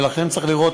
ולכן צריך לראות,